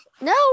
no